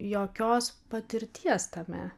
jokios patirties tame